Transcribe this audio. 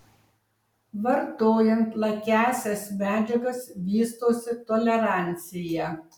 vartojant lakiąsias medžiagas vystosi tolerancija